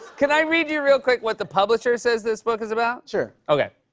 can i read you real quick what the publisher says this book is about? sure. okay.